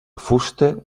fusta